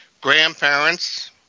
grandparents